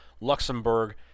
Luxembourg